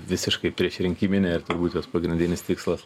visiškai priešrinkiminė ir turbūt jos pagrindinis tikslas